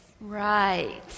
Right